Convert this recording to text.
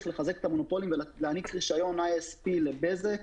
לחזק את המונופולים ולהעניק רישיון ISP לבזק.